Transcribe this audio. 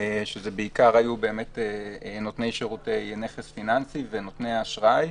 שזה היו בעיקר נותני שירותי נכס פיננסי ונותני אשראי,